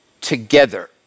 together